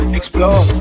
explore